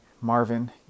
Marvin